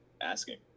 asking